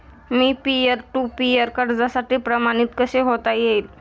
Me peer to peer कर्जासाठी प्रमाणित कसे होता येईल?